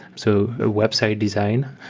so a website design,